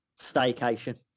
staycation